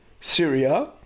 Syria